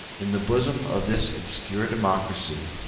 in the bosom of this obscure democracy,